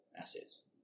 assets